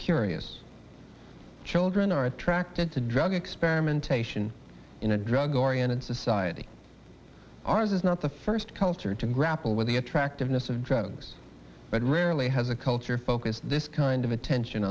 curious children are attracted to drug experimentation in a drug oriented society ours is not the first culture to grapple with the attractiveness of drugs but rarely has a culture focus this kind of attention